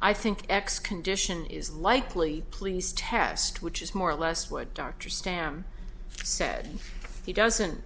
i think x condition is likely please test which is more or less what dr stam said and he doesn't